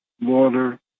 water